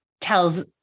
tells